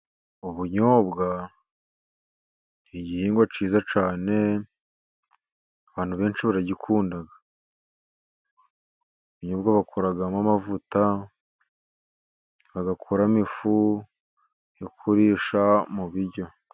Ubunyobwa ni igihingwa cyiza cyane abantu benshi baragikunda. Ubunyobwa bakoramo amavuta, bagakoramo ifu yo kurisha mu biryo.